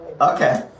Okay